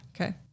Okay